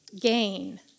gain